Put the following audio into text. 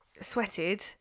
sweated